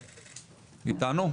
הוא לא איתנו?